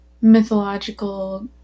mythological